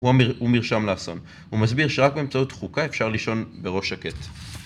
הוא מרשם לאסון, הוא מסביר שרק באמצעות חוקה אפשר לישון בראש שקט